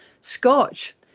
Scotch